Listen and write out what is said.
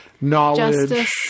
knowledge